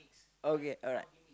okay alright